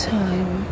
time